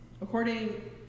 according